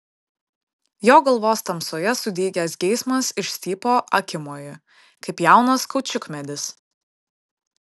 jo galvos tamsoje sudygęs geismas išstypo akimoju kaip jaunas kaučiukmedis